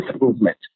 movement